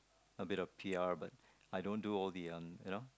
a bit of P_R but I don't do all the um you know